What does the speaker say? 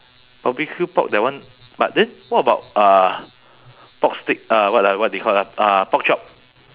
barbecue pork that one but then what about uh pork steak uh what ah what they call ah uh pork chop